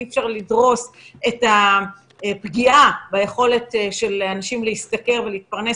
אי אפשר לדרוס את היכולת של אנשים להשתכר ולהתפרנס